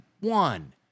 one